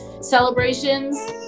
celebrations